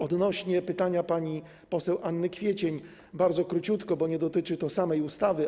Odnośnie do pytania pani poseł Anny Kwiecień powiem bardzo króciutko, bo nie dotyczy to samej ustawy.